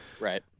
right